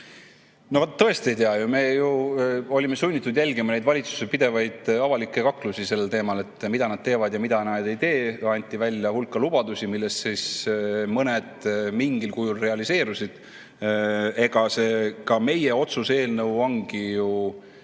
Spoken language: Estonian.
ma tõesti ei tea. Me ju olime sunnitud jälgima neid valitsuse pidevaid avalikke kaklusi sellel teemal, mida nad teevad ja mida nad ei tee. Anti hulk lubadusi, millest mõned mingil kujul realiseerusid. Ka see meie otsuse eelnõu ongi ju